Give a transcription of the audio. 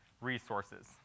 resources